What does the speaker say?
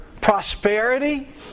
prosperity